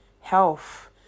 health